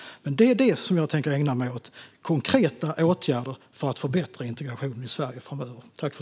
Det är detta jag kommer att ägna mig åt, konkreta åtgärder för att förbättra integrationen i Sverige framöver.